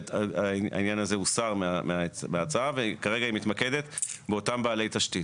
והעניין הזה הוסר מההצעה וכרגע היא מתמקדת באותם בעלי תשתית,